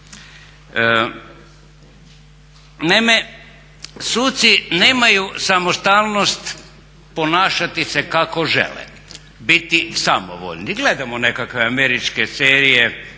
Naime, suci nemaju samostalnost ponašati se kako žele, biti samovoljni. Gledamo nekakve američke serije,